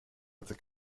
hatte